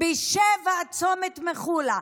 ב-19:00 צומת מחולה.